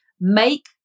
make